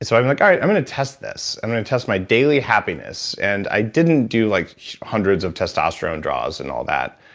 so i'm like all right. i'm going to test this. i'm going to test my daily happiness and i didn't do like hundreds of testosterone draws and all that,